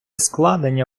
складення